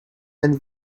and